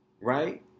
right